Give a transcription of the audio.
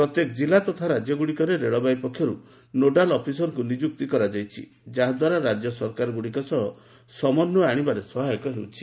ପ୍ରତ୍ୟେକ ଜିଲ୍ଲା ତଥା ରାଜ୍ୟଗୁଡ଼ିକରେ ରେଳବାଇ ପକ୍ଷରୁ ନୋଡାଲ୍ ଅଫିସରଙ୍କୁ ନିଯୁକ୍ତି କରାଯାଇଛି ଯାହାଦ୍ୱାରା ରାଜ୍ୟ ସରକାରଗୁଡ଼ିକ ସହ ସମନ୍ୱୟ ଆଣିବାରେ ସହାୟକ ହେଉଛି